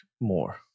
more